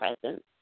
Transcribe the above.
presence